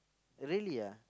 really ah